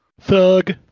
Thug